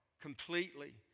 completely